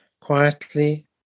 quietly